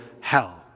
hell